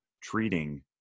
treating